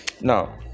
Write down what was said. now